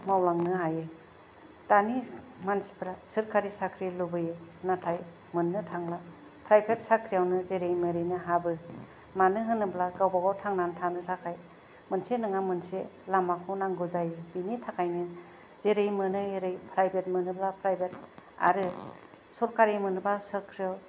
मावलांनो हायो दानि मानसिफोरा सरकारि साख्रि लुबैयो नाथाय मोन्नो थांला प्राइभेत साख्रियावनो जेरै मेरैनो हाबो मानो होनोब्ला गावबागाव थांनानै थानो थाखाय मोनसे नङा मोनसे लामाखौ नांगौ जायो बिनि थाखायनो जेरै मोनो एरै प्राइभेट मोनोब्ला प्राइभेट आरो सरकारि मोनोब्ला सक्रि